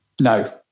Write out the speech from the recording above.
No